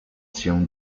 się